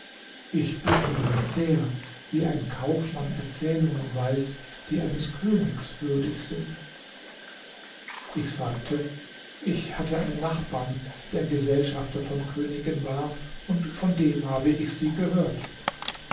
ich wundere mich sehr wie ein kaufmann erzählungen weiß die eines königs würdig sind ich sagte ich hatte einen nachbarn der gesellschafter von königen war und von dem ich sie gehört